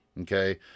Okay